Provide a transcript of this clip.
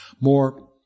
more